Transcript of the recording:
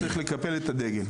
צריך לקבל את הדגל.